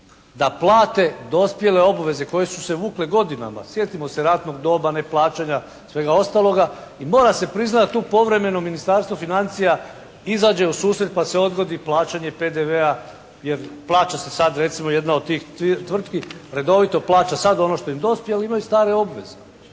da plate dospjele obveze koje su se vukle godinama. Sjetimo se ratnog doba neplaćanja i svega ostaloga, i mora se priznati tu povremeno Ministarstvo financija izađe u susret pa se odgodi plaćanje PDV-a jer plaća se sada redimo jedna od tih tvrtki, redovito plaća sada ono što im dospije, ali imaju stare obveze.